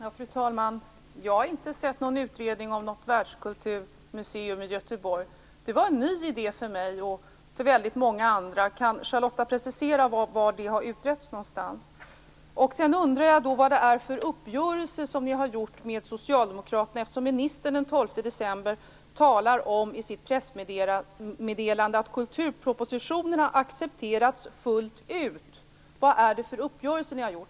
Fru talman! Jag har inte sett någon utredning om något världskulturmuseum i Göteborg. Det var en ny idé för mig och för många andra. Kan Charlotta L Bjälkebring precisera var det har utretts någonstans? Jag undrar vilken uppgörelse Vänsterpartiet har med Socialdemokraterna eftersom ministern den 12 december i sitt pressmeddelande talar om att kulturpropositionen har accepterats fullt ut. Vad är det för uppgöresle ni har gjort?